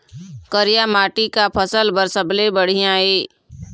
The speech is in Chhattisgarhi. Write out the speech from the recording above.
करिया माटी का फसल बर सबले बढ़िया ये?